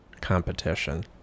competition